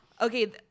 Okay